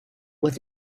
with